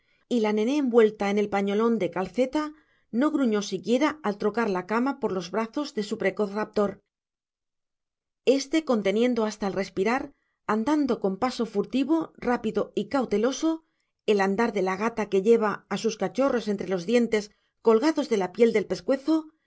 y la nené envuelta en el pañolón de calceta no gruñó siguiera al trocar la cama por los brazos de su precoz raptor éste conteniendo hasta el respirar andando con paso furtivo rápido y cauteloso el andar de la gata que lleva a sus cachorros entre los dientes colgados de la piel del pescuezo